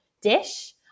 dish